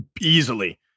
easily